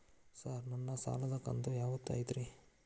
Sir ನನ್ನ ಸಾಲದ ಕಂತು ಯಾವತ್ತೂ ಐತ್ರಿ?